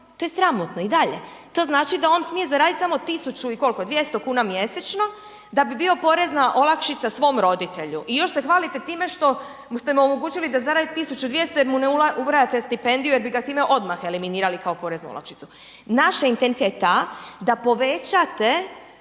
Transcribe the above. To je sramotno i dalje, to znači da on smije zaraditi samo 1000 i koliko 200 kn mjesečno da bi bio porezna olakšica svom roditelju. I još se hvalite time što ste mu omogućili da zaradi 1200 jer mu ne ubrajate stipendiju jer bi ga time odmah eliminirali kao poreznu olakšicu. Naša intencija je ta da povećate